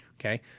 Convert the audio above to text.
Okay